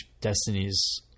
Destiny's